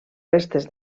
restes